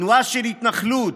תנועה של התנחלות,